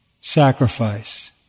sacrifice